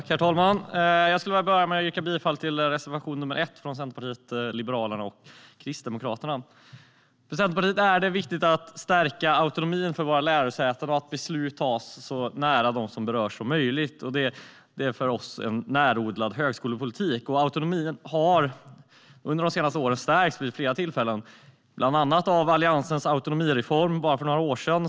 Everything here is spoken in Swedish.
Herr talman! Jag vill börja med att yrka bifall till reservation 1 från Centerpartiet, Liberalerna och Kristdemokraterna. För Centerpartiet är det viktigt att stärka autonomin för våra lärosäten. Beslut ska fattas så nära dem som berörs som möjligt. Det är för oss en närodlad högskolepolitik. Autonomin har under de senaste åren stärkts vid flera tillfällen, bland annat genom Alliansens autonomireform för bara några år sedan.